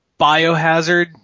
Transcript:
Biohazard